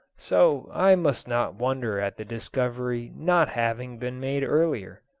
so i must not wonder at the discovery not having been made earlier.